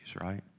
right